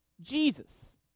Jesus